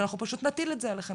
ואנחנו פשוט נטיל את זה עליכם,